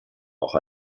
auch